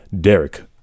Derek